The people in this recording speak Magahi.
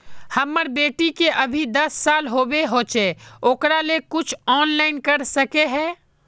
हमर बेटी के अभी दस साल होबे होचे ओकरा ले कुछ ऑनलाइन कर सके है?